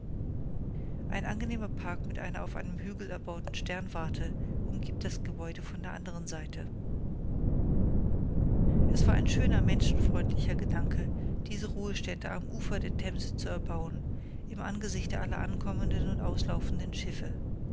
ein angenehmer park mit einer auf einem hügel erbauten sternwarte umgibt das gebäude von der anderen seite es war ein schöner menschenfreundlicher gedanke diese ruhestätte am ufer der themse zu erbauen im angesichte aller ankommenden und auslaufenden schiffe